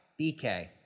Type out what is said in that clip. BK